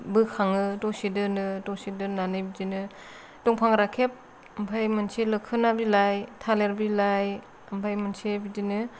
बोखाङो दसे दोनो दसे दोननानै बिदिनो दंफां राखेब ओमफ्राय मोनसे लोखोना बिलाइ थालिर बिलाइ ओमफ्राय मोनसे बिदिनो